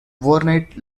overnight